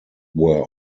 were